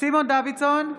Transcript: סימון דוידסון,